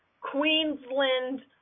Queensland